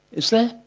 is there?